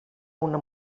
una